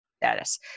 Status